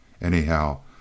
Anyhow